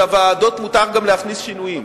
שלוועדות מותר גם להכניס שינויים.